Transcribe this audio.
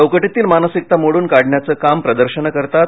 चौकटीतील मानसिकता मोडून काढण्याचं काम प्रदर्शनं करतात